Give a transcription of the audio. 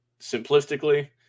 simplistically